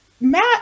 matt